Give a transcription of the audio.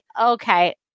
Okay